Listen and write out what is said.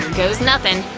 goes nothing.